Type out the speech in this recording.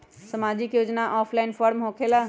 समाजिक योजना offline form होकेला?